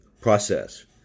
process